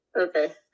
Okay